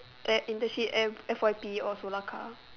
at internship at f_y_p or solar car